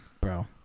bro